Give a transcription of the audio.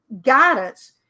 guidance